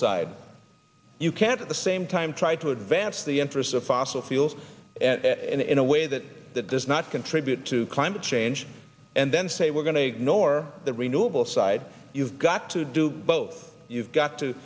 side you can't at the same time try to advance the interests of fossil fuels in a way that that does not contribute to climate change and then say we're going to ignore the renewable side you've got to do both you've got to